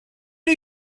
are